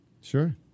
Sure